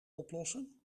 oplossen